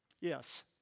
Yes